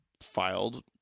filed